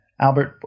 Albert